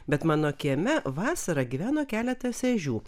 bet mano kieme vasarą gyveno keletas ežių